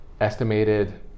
estimated